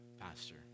Pastor